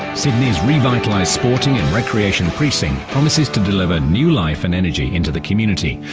sydney's revitalised sporting and recreation precinct promises to deliver new life and energy into the community,